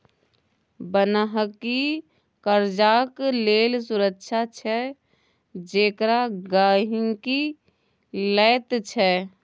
बन्हकी कर्जाक लेल सुरक्षा छै जेकरा गहिंकी लैत छै